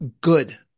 good